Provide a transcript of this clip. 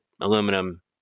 aluminum